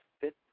fifth